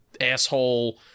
asshole